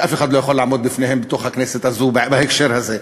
שאף אחד לא יכול לעמוד בפניהם בתוך הכנסת הזו בהקשר הזה,